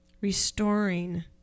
restoring